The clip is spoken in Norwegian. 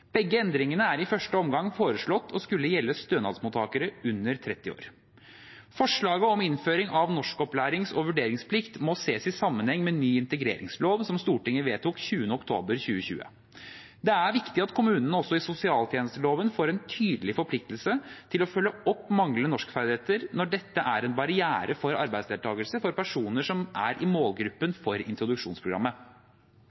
Begge endringene er i første omgang foreslått å skulle gjelde stønadsmottakere under 30 år. Forslaget om innføring av norskopplærings- og vurderingsplikt må ses i sammenheng med ny integreringslov, som Stortinget vedtok 20. oktober 2020. Det er viktig at kommunene også i sosialtjenesteloven får en tydelig forpliktelse til å følge opp manglende norskferdigheter når dette er en barriere for arbeidsdeltakelse for personer som er i målgruppen